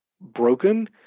broken